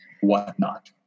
whatnot